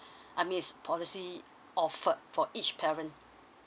I mean is policy offered for each parent